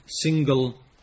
single